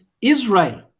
Israel